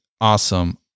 awesome